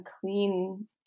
clean